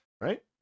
right